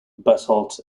basalt